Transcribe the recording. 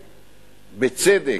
בצדק,